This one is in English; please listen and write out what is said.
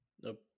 Nope